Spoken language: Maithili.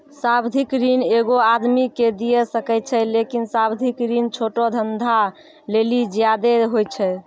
सावधिक ऋण एगो आदमी के दिये सकै छै लेकिन सावधिक ऋण छोटो धंधा लेली ज्यादे होय छै